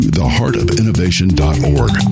theheartofinnovation.org